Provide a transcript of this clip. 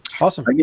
awesome